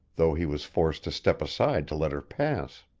though he was forced to step aside to let her pass.